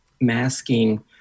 masking